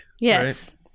yes